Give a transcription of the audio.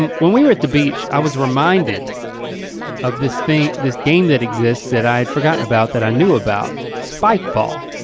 um when we were at the beach, i was reminded of this thing this game that exists, that i'd forgotten about that i knew about spike ball.